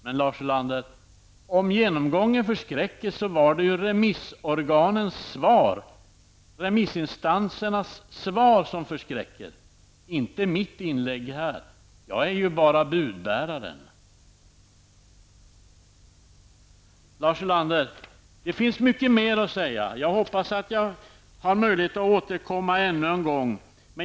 Men, Lars Ulander, om genomgången förskräcker är det ju remissinstansernas svar som förskräcker, inte mitt inlägg här. Jag är ju bara budbäraren. Det finns mycket mer att säga, Lars Ulander. Jag hoppas att jag har möjlighet att återkomma ännu en gång.